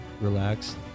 relax